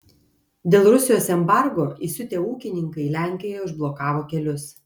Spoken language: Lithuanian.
dėl rusijos embargo įsiutę ūkininkai lenkijoje užblokavo kelius